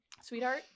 Sweetheart